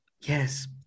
yes